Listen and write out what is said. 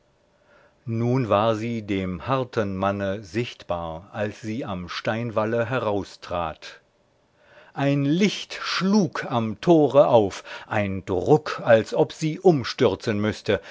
nun war sie dem harten manne sichtbar als sie am steinwalle heraustrat ein licht schlug am tore auf ein druck als ob sie umstürzen müßte